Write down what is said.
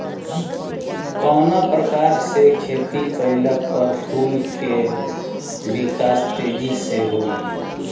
कवना प्रकार से खेती कइला पर फूल के विकास तेजी से होयी?